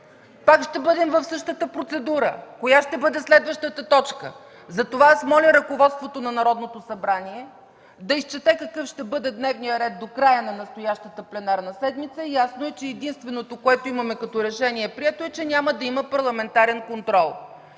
пак ще бъдем в същата процедура – коя ще бъде следващата точка? Затова моля ръководството на Народното събрание да изчете какъв ще бъде дневният ред до края на настоящата пленарна седмица. Ясно е, че единственото, което имаме като прието решение, че няма да има парламентарен контрол.